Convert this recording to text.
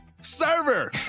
server